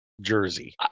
Jersey